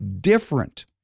different